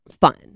fun